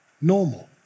normal